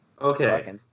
Okay